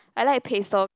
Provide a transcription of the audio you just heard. I like pastel